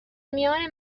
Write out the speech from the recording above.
میان